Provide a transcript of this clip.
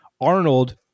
Arnold